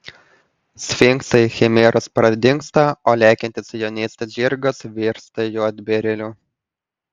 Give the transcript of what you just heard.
sfinksai chimeros pradingsta o lekiantis jaunystės žirgas virsta juodbėrėliu